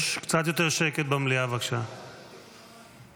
קצת יותר שקט במליאה, בבקשה.